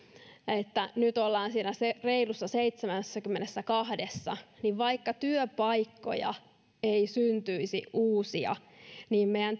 että nyt ollaan siinä reilussa seitsemässäkymmenessäkahdessa ja vaikka uusia työpaikkoja ei syntyisi niin meidän